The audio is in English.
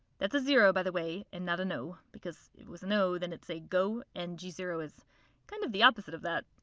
that's a zero by the way and not an o because if it was an o then it'd say go and g zero is kind of the opposite of that.